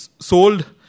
sold